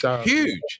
huge